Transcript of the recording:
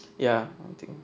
ya